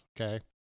okay